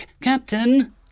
captain